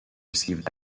received